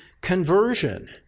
conversion